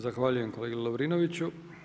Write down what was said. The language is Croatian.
Zahvaljujem kolegi Lovrinoviću.